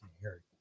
hear